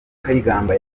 kayigamba